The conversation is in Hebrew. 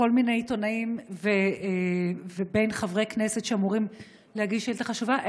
בין כל מיני עיתונאים ובין חברי כנסת שאמורים להגיש שאילתה חשובה,